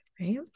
right